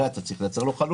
הרי אתה צריך לייצר לו חלופה,